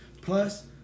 Plus